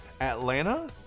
Atlanta